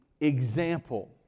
example